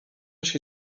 się